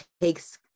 takes